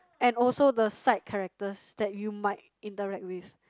and also the side characters that you might interacted with